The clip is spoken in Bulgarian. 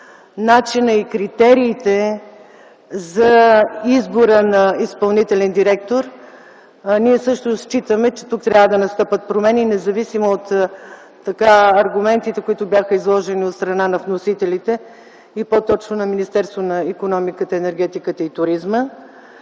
начина и критериите за избора на изпълнителен директор. Ние също считаме, че тук трябва да настъпят промени независимо от аргументите, които бяха изложени от страна на вносителите, и по-точно на Министерството на икономиката, енергетиката и туризма.